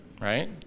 Right